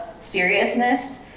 seriousness